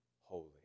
holy